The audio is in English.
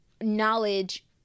knowledge